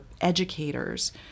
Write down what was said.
educators